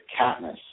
Katniss